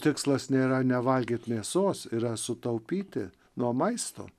tikslas nėra nevalgyt mėsos yra sutaupyti nuo maisto